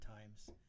times